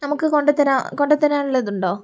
നമുക്ക് കൊണ്ട് കൊണ്ടു തരാനുള്ള ഇതുണ്ടോ